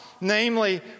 namely